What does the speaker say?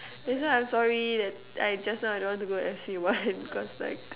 that's why I'm sorry that I just now I don't want to go F_C one cause like